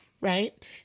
right